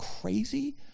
crazy